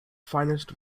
finest